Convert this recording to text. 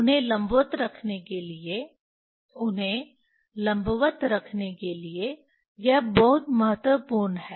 उन्हें लंबवत रखने के लिए उन्हें लंबवत रखने के लिए यह बहुत महत्वपूर्ण है